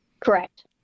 Correct